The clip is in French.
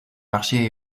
marché